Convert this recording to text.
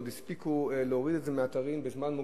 ועוד הספיקו להוריד את זה מהאתרים בזמן.